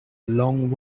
long